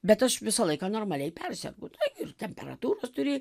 bet aš visą laiką normaliai persergu tai ir temperatūros turi